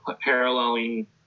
paralleling